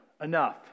enough